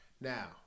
Now